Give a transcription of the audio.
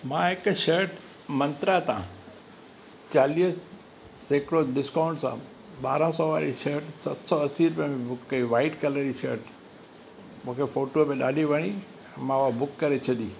मां हिकु शर्ट मंत्रा तां चालीह सेकड़ो डिस्काउंट सां ॿारहं सौ वारी शर्ट सत सौ असी रुपिया में बुक कई वाइट कलर जी शर्ट मूंखे फ़ोटूअ में ॾाढी वणी मां उहो बुक करे छॾी